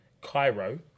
Cairo